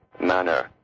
manner